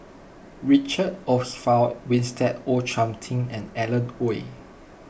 Richard Olaf Winstedt O Thiam Chin and Alan Oei